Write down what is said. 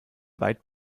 weit